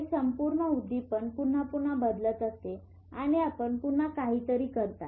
हे संपूर्ण उद्दीपन पुन्हा पुन्हा बदलत असते आणि आपण पुन्हा काहीतरी करता